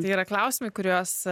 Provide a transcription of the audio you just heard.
tai yra klausimai kuriuos